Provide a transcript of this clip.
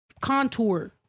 contour